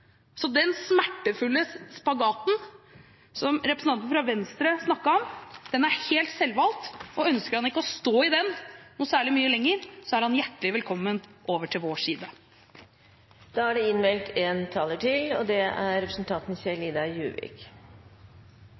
Så den smertefulle spagaten som representanten fra Venstre snakket om, er helt selvvalgt, og ønsker han ikke å stå i den noe særlig lenger, er han hjertelig velkommen over til vår side. Representanten Kjell-Idar Juvik har hatt ordet to ganger tidligere og